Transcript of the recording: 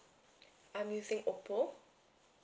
I'm using oppo